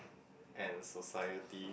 and society